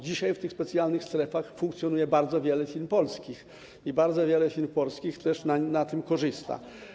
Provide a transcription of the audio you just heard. Dzisiaj w tych specjalnych strefach funkcjonuje bardzo wiele polskich firm, bardzo wiele polskich firm na tym korzysta.